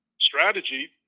strategy